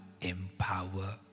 empower